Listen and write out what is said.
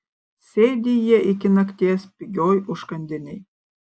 sėdi jie iki nakties pigioj užkandinėj